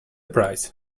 prize